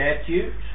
statutes